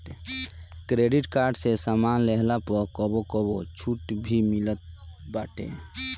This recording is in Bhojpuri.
क्रेडिट कार्ड से सामान लेहला पअ कबो कबो छुट भी मिलत बाटे